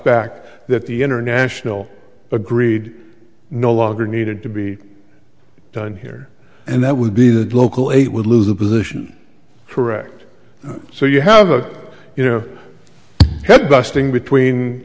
back that the international agreed no longer needed to be done here and that would be that local eight would lose a position to wrecked so you have a you know head busting between